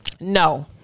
No